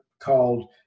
called